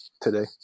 today